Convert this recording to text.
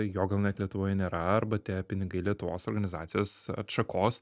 jo gal net lietuvoj nėra arba tie pinigai lietuvos organizacijos atšakos